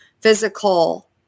physical